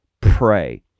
Pray